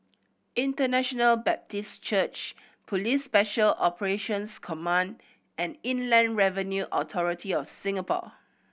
International Baptist Church Police Special Operations Command and Inland Revenue Authority of Singapore